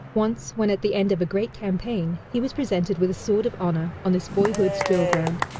once when at the end of a great campaign, he was presented with a sword of honor, on this boyhood's drill ground,